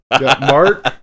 Mark